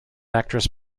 actress